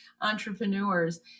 entrepreneurs